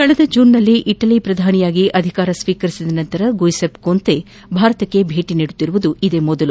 ಕಳೆದ ಜೂನ್ನಲ್ಲಿ ಇಟಲಿ ಶ್ರಧಾನಿಯಾಗಿ ಅಧಿಕಾರ ಸ್ವೀಕರಿಸಿದ ನಂತರ ಗುಯಿಸೆಪಿ ಕೊಂತೆ ಭಾರತಕ್ಕೆ ಭೇಟ ನೀಡುತ್ತಿರುವುದು ಇದೇ ಮೊದಲು